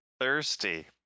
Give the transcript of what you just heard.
Thirsty